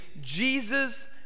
Jesus